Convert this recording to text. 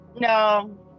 No